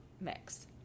mix